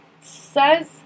says